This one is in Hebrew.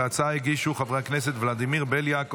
את ההצעה הגישו חברי הכנסת חברי הכנסת ולדימיר בליאק,